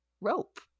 rope